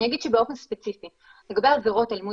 אני אגיד שבאופן ספציפי לגבי עבירות אלימות